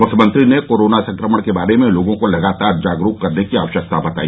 मुख्यमंत्री ने कोरोना संक्रमण के बारे में लोगों को लगातार जागरूक करने की आवश्यकता बताई